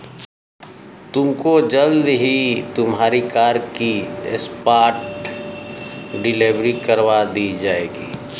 तुमको जल्द ही तुम्हारी कार की स्पॉट डिलीवरी करवा दी जाएगी